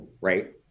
right